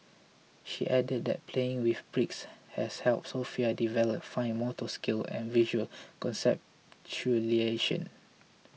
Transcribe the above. she added that playing with bricks has helped Sofia develop fine motor skills and visual conceptualisation